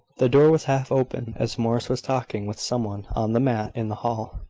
the door was half-open, as morris was talking with some one on the mat in the hall.